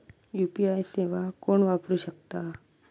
UPI सेवा कोण वापरू शकता?